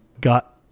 got